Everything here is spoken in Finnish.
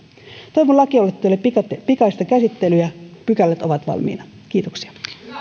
toivon lakialoitteelle pikaista käsittelyä pykälät ovat valmiina kiitoksia